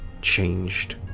changed